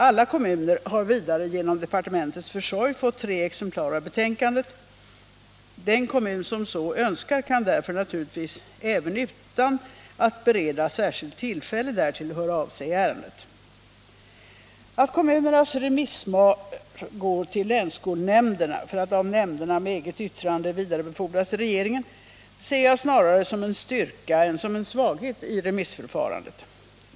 Alla kommuner har vidare genom departementets försorg fått tre exemplar av betänkandet. Den kommun som så önskar kan därför naturligtvis, även utan att beredas särskilt tillfälle därtill, låta höra av sig i ärendet. Att kommunernas remissvar går till länsskolnämnderna — för att av nämnderna med eget yttrande vidarebefordras till regeringen — ser jag snarare som en styrka än som en svaghet i remissförfarandet.